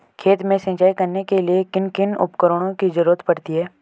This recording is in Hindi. खेत में सिंचाई करने के लिए किन किन उपकरणों की जरूरत पड़ती है?